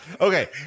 okay